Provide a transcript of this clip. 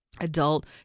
adult